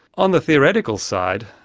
on the theoretical side.